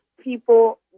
people